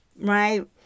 right